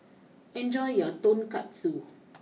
enjoy your Tonkatsu